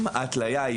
אם ההתליה היא